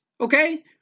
okay